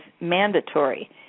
mandatory